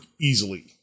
easily